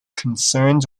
concerned